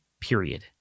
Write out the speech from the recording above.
period